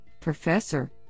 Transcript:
Professor